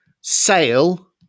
sale